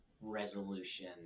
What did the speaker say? resolution